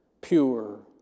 pure